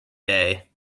day